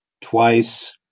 twice